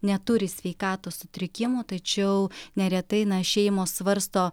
neturi sveikatos sutrikimų tačiau neretai na šeimos svarsto